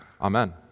Amen